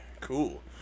Cool